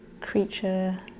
creature